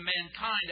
mankind